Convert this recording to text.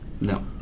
no